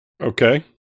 Okay